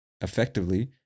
effectively